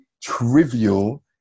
trivial